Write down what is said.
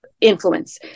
influence